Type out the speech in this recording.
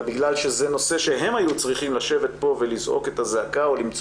אלא בגלל שזה נושא שהם היו צריכים לשבת פה ולזעוק את הזעקה או למצוא